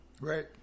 Right